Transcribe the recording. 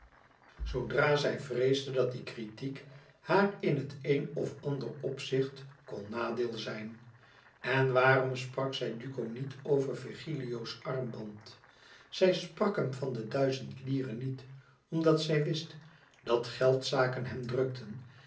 zoodra zij vreesde dat die kritiek haar in het een of ander opzicht kon nadeel zijn en waarom sprak zij duco niet over virgilio's armband zij sprak hem van de duizend lire niet omdat zij wist dat geldzaken hem drukten